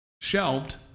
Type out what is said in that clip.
shelved